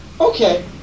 Okay